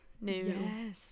new